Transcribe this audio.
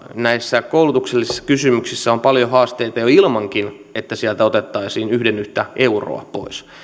näissä koulutuksellisissa kysymyksissä on paljon haasteita jo ilmankin että sieltä otettaisiin yhden yhtä euroa pois